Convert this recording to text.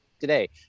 today